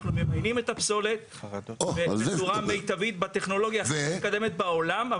אנחנו ממיינים את הפסולת בצורה מיטבית בטכנולוגיה הכי מתקדמת בעולם,